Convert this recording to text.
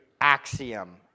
axiom